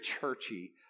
churchy